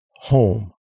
home